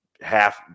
half